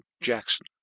Jackson